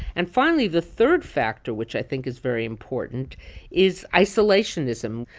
and finally, the third factor which i think is very important is isolationism,